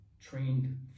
trained